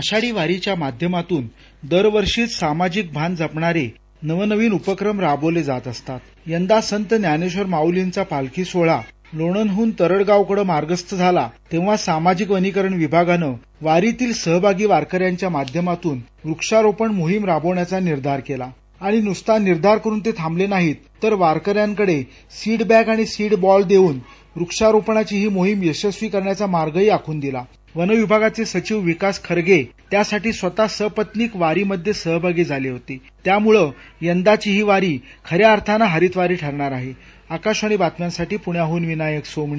आषाढी वारीच्या माध्यमातुन दरवर्षीच सामाजिक भान जपणारे नवनवीन उपक्रम राबवले जात असतात यंदा संत ज्ञानेश्वर माउलींचा पालखी सोहळा लोणंद हन तरङगाव कडे मार्गस्थ झाला तेव्हा सामाजिक वनीकरण विभाग गाणं वारीतील सहभागी वारकऱ्यांच्या माध्यमातून वृक्षारोपण मोहीम राबविण्याचा निर्धार केला आणि नुसता निर्धार करून ते थांबले नाहीत तर वारकऱ्यांकडे सीड बॅग आणि सीड बॉल देऊन वृक्षारोपणाची ही मोहीम यशस्वी करण्याचा मार्गही आखून दिला वन विभागाचे सचिव विकास खर्गे त्यासाठी स्वतः सपत्नीक वारीमध्ये सहभागी झाली होती त्यामुळे यंदाची ही वारी खऱ्या अर्थानं हरित वारी ठरणार आहे आकाशवाणी बातम्यांसाठी पृण्याहन विनायक सोमणी